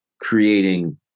creating